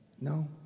No